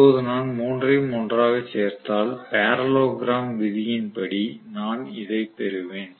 இப்போது நான் 3 ஐயும் ஒன்றாகச் சேர்த்தால் பரலோகிராம் விதியின் படி நான் இதைப் பெறுவேன்